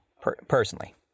personally